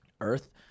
Earth